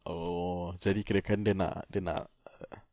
oh jadi kirakan dia nak dia nak err